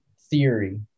theory